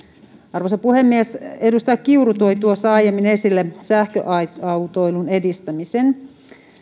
arvoisa puhemies edustaja kiuru toi tuossa aiemmin esille sähköautoilun edistämisen